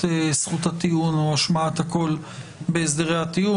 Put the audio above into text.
זכות הטיעון או השמעת הקול בהסדרי הטיעון.